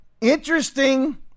interesting